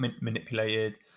manipulated